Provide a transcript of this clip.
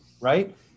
right